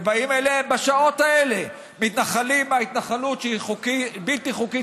באים אליהם בשעות האלה מתנחלים מההתנחלות שהיא בלתי חוקית,